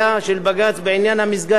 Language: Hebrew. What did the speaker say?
בעניין המסגד בנצרת,